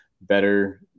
better